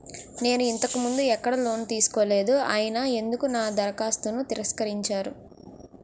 నేను ఇంతకు ముందు ఎక్కడ లోన్ తీసుకోలేదు అయినా ఎందుకు నా దరఖాస్తును తిరస్కరించారు?